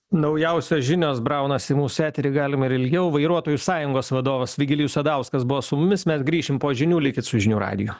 naujausios žinios braunas į mūsų eterį galima ir ilgiau vairuotojų sąjungos vadovas vigilijus sadauskas buvo su mumis mes grįšim po žinių likit su žinių radiju